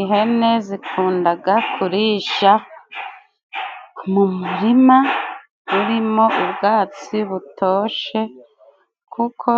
Ihene zikundaga kurisha mu murima urimo ubwatsi butoshe, kuko